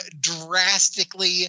drastically